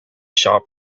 shop